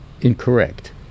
incorrect